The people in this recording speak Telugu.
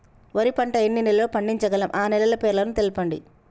వరి పంట ఎన్ని నెలల్లో పండించగలం ఆ నెలల పేర్లను తెలుపండి?